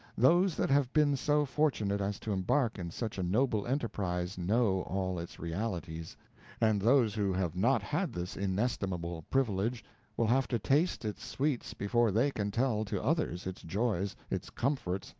those that have been so fortunate as to embark in such a noble enterprise know all its realities and those who have not had this inestimable privilege will have to taste its sweets before they can tell to others its joys, its comforts,